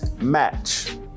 match